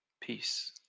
peace